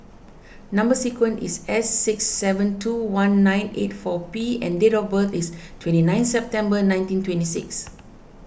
Number Sequence is S six seven two one nine eight four P and date of birth is twenty nine September nineteen twenty six